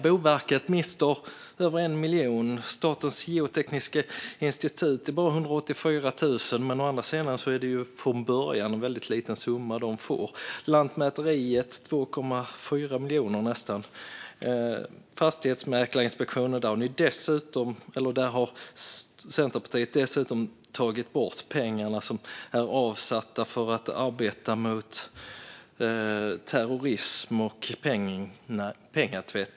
Boverket mister över 1 miljon. Statens geotekniska institut mister bara 184 000; å andra sidan är det från början en väldigt liten summa de får. Lantmäteriet mister nästan 2,4 miljoner. För Fastighetsmäklarinspektionen har Centerpartiet dessutom tagit bort pengarna som är avsatta för att arbeta mot terrorism och penningtvätt.